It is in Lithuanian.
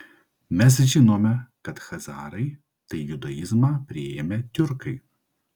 mes žinome kad chazarai tai judaizmą priėmę tiurkai